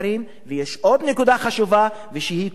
ויש עוד נקודה חשובה שהיא כל העניין